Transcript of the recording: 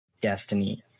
Destiny